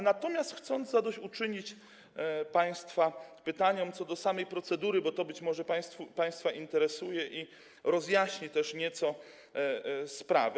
Natomiast chcąc zadośćuczynić państwa pytaniom co do samej procedury, bo to być może państwa interesuje i rozjaśni też nieco sprawę.